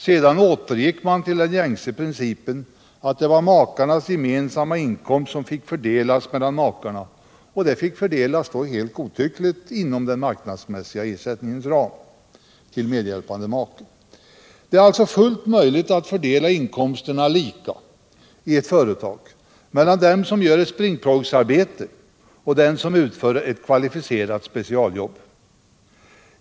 Sedan återgick man till den gängse principen att det var makarnas gemensamma inkomst som helt godtyckligt fick fördelas mellan makarna inom ramen för den marknadsmissiga ersättningen till medhjälpande make. Det är alltså fullt möjligt att i ett företag fördela inkomsterna lika mellan den som gör ett springpojksjobb och den som utför ett kvalificerat specialjobb.